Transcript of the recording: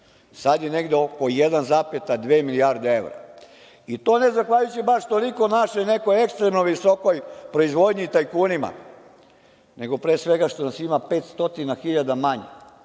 Sada je negde oko 1,2 milijarde evra i to ne zahvaljujući baš toliko našoj nekoj ekstremno visokoj proizvodnji i tajkunima, nego pre svega što nas ima 500.000 manje.